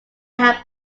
have